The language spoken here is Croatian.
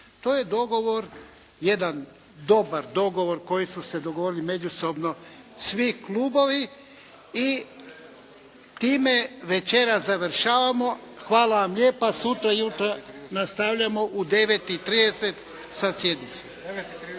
To je dogovor jedan dobar dogovor koji su se dogovorili međusobno svi klubovi i time večeras završavamo. Hvala vam lijepa. Sutra ujutro nastavljamo u 9,30 sa sjednicom.